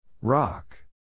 Rock